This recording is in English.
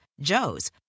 Joe's